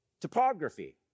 Topography